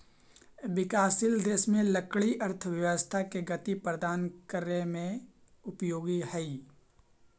विकासशील देश में लकड़ी अर्थव्यवस्था के गति प्रदान करे में उपयोगी हइ